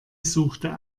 suchte